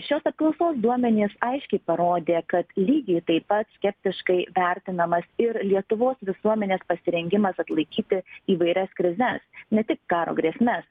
šios apklausos duomenys aiškiai parodė kad lygiai taip pat skeptiškai vertinamas ir lietuvos visuomenės pasirengimas atlaikyti įvairias krizes ne tik karo grėsmes